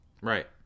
Right